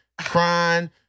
crying